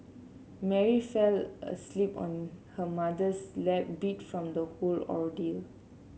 Mary fell asleep on her mother's lap beat from the whole ordeal